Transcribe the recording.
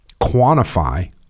quantify